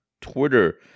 Twitter